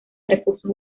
recursos